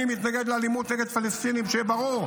אני מתנגד לאלימות נגד פלסטינים, שיהיה ברור,